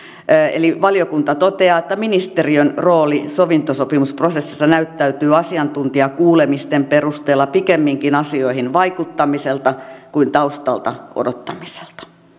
eli valiokunta toteaa että ministeriön rooli sovintosopimusprosessissa näyttäytyy asiantuntijakuulemisten perusteella pikemminkin asioihin vaikuttamiselta kuin taustalla odottamiselta